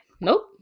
Nope